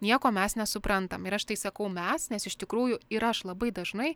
nieko mes nesuprantam ir aš tai sakau mes nes iš tikrųjų ir aš labai dažnai